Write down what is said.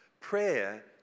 Prayer